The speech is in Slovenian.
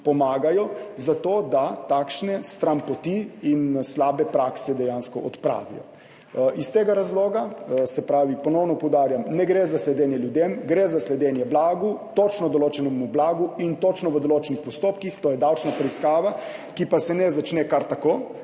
pomagajo, zato, da takšne stranpoti in slabe prakse dejansko odpravijo. Iz tega razloga, ponovno poudarjam, ne gre za sledenje ljudem, gre za sledenje blagu, točno določenemu blagu in točno v določenih postopkih, to je davčna preiskava, ki pa se ne začne kar tako